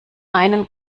einen